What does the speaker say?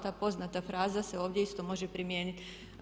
Ta poznata fraza se ovdje isto može primijeniti.